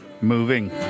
moving